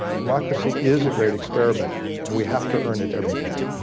democracy is a great experiment and we have to earn it everyday.